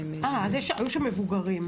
אז היו שם מבוגרים,